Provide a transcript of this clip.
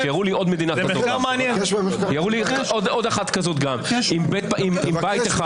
שיראו לי עוד מדינה כזאת עם בית אחד